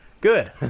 Good